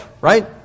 right